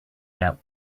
that